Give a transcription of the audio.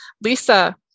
Lisa